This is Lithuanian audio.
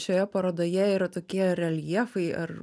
šioje parodoje yra tokie reljefai ar